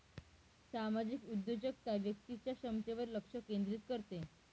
सामाजिक उद्योजकता व्यक्तीच्या क्षमतेवर लक्ष केंद्रित करते